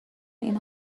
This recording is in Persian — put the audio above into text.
این